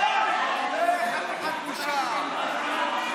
חתיכת בושה.